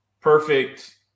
Perfect